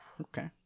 Okay